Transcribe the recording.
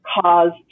caused